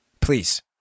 Please